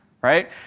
right